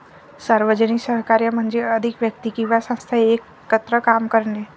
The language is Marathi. सार्वजनिक सहकार्य म्हणजे अधिक व्यक्ती किंवा संस्था एकत्र काम करणे